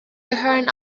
gehören